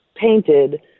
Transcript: painted